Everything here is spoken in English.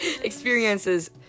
Experiences